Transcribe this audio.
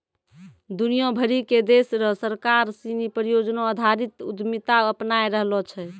दुनिया भरी के देश र सरकार सिनी परियोजना आधारित उद्यमिता अपनाय रहलो छै